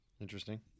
Interesting